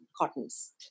cottons